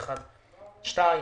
שנית,